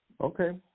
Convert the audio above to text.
Okay